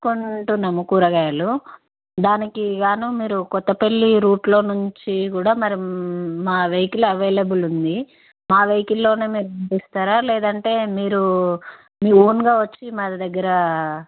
కొంటున్నాము కూరగాయలు దానికి గాను మీరు కొత్తపల్లి రూట్లో నుంచి కూడా మరి మా వెహికల్ అవైలబుల్ ఉంది మా వెహికల్లోనే మీరు పంపిస్తారా లేదంటే మీరు మీ ఓన్గా వచ్చి మా దగ్గర